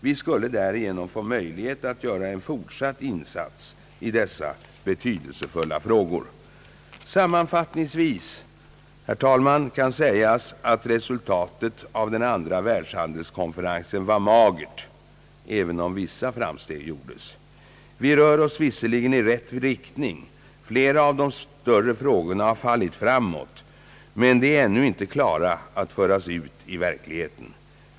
Vi skulle därigenom få möjlighet att göra en fortsatt insats i dessa betydelsefulla frågor. Sammanfattningsvis, herr talman, kan sägas att resultatet av den andra världshandelskonferensen var magert även om vissa framsteg gjordes. Vi rör oss visserligen i rätt riktning. Flera av de större frågorna har fallit framåt. Men de är ännu inte klara att föras ut i verkligheten.